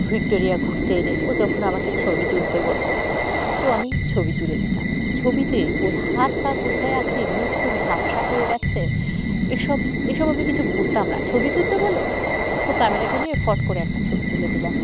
Victoria ঘুরতে এলে ও যখন আমাকে ছবি তুলতে বলতো তো আমি ছবি তুলে দিতাম ছবিতে ওর হাত পা কোথায় আছে মুখ টুখ ঝাপসা হয়ে গেছে এসব এসব আমি কিছু বুঝতাম না ছবি তুলতে বলো তো ক্যামেরাটা নিয়ে ফট করে একটা ছবি তুলে দিলাম